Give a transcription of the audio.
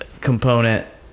component